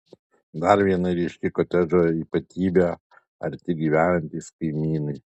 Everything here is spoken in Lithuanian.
dar viena ryški kotedžo ypatybė arti gyvenantys kaimynai